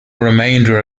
remainder